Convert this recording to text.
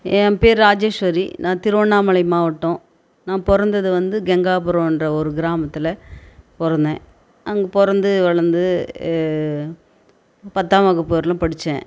என் பேர் ராஜேஸ்வரி நான் திருவண்ணாமலை மாவட்டம் நான் பிறந்தது வந்து கங்காப்புறம்ன்ற ஒரு கிராமத்தில் பிறந்தேன் அங்கே பிறந்து வளர்ந்து பத்தாம் வகுப்பு வரையிலும் படித்தேன்